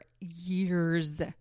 years